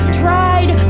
tried